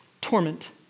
torment